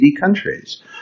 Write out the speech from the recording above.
countries